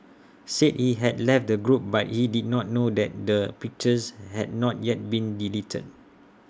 said he had left the group but he did not know that the pictures had not yet been deleted